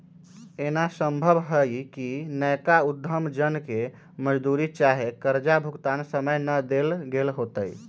एना संभव हइ कि नयका उद्यम जन के मजदूरी चाहे कर्जा भुगतान समय न देल गेल होतइ